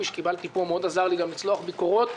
שקיבלתי פה מאוד עזר לי גם לצלוח ביקורות.